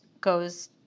goes